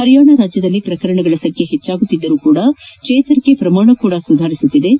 ಪರಿಯಾಣದಲ್ಲಿ ಶ್ರಕರಣಗಳ ಸಂಜ್ದೆ ಹೆಚ್ಚಾಗುತ್ತಿದ್ದರೂ ಸಹ ಚೇತರಿಕೆ ಶ್ರಮಾಣವೂ ಸುಧಾರಿಸುತ್ತಿದ್ದು